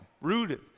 rooted